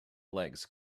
legs